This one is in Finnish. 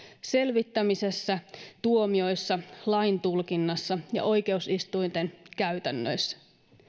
selvittämisessä tuomioissa laintulkinnassa ja oikeusistuinten käytännöissä